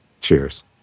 Cheers